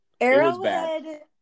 Arrowhead